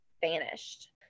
vanished